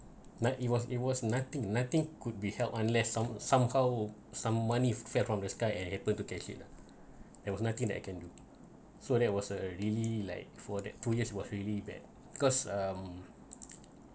like it was it was nothing nothing could be held unless some somehow some money fell from the sky and able to catch it lah there was nothing that I can do so that was a really like for that two years was really bad because um